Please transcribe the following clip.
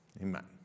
Amen